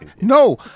No